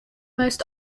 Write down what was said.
most